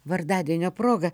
vardadienio proga